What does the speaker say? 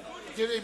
בבקשה.